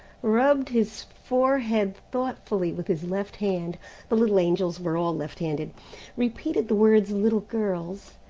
rubbed his forehead thoughtfully with his left hand the little angels were all left-handed repeated the words little girls,